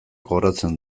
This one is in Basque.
kobratzen